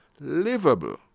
livable